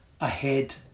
ahead